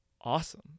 awesome